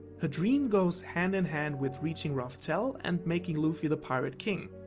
her dream goes hand in hand with reaching raftel and making luffy the pirate king.